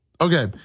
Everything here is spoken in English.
Okay